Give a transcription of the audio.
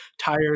tires